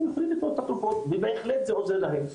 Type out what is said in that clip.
יכולים לקנות את התרופות וזה בהחלט עוזר להם.